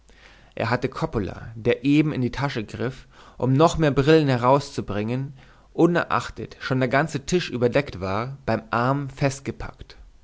er hatte coppola der eben in die tasche griff um noch mehr brillen herauszubringen unerachtet schon der ganze tisch überdeckt war beim arm